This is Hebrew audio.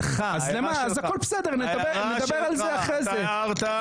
שהחוק שלך מיותר ולא עשית את עבודת הרקע הנדרשת?